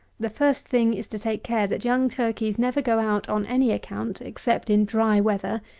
the first thing is to take care that young turkeys never go out, on any account, except in dry weather,